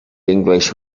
english